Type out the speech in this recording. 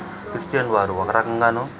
Christian వారు ఒక రకంగానూ